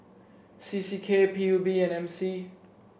C C K P U B and M C